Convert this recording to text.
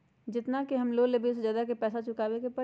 जेतना के हम लोन लेबई ओ से ज्यादा के हमरा पैसा चुकाबे के परी?